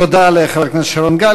תודה לחבר הכנסת שרון גל.